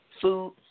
Food